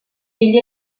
ell